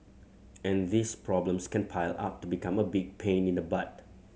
and these problems can pile up to become a big pain in the butt